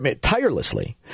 tirelessly